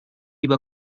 über